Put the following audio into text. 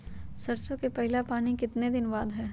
सरसों में पहला पानी कितने दिन बाद है?